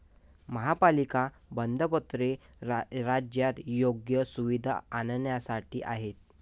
महापालिका बंधपत्रे राज्यात योग्य सुविधा आणण्यासाठी आहेत